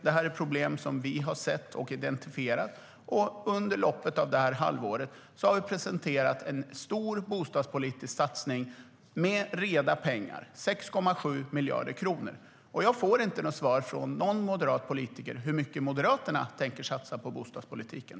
Det är problem som vi har sett och identifierat, och under loppet av det här halvåret har vi presenterat en stor bostadspolitisk satsning med reda pengar - 6,7 miljarder kronor. Jag får inte något svar från någon moderat politiker på hur mycket Moderaterna tänker satsa på bostadspolitiken.